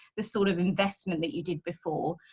this sort of investment that you did before?